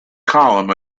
column